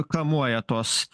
kamuoja tos